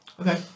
Okay